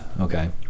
okay